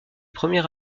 premier